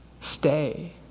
Stay